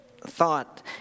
thought